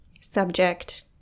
subject